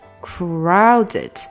crowded